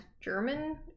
German